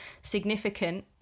significant